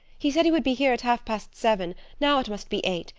he said he would be here at half-past seven now it must be eight.